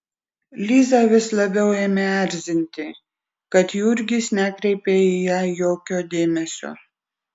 lizą vis labiau ėmė erzinti kad jurgis nekreipia į ją jokio dėmesio